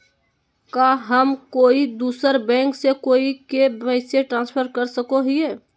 का हम कोई दूसर बैंक से कोई के पैसे ट्रांसफर कर सको हियै?